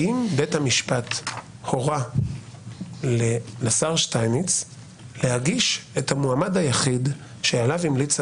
האם בית המשפט הורה לשר שטייניץ להגיש את המועמד היחיד שעליו המליצה